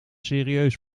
serieus